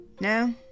No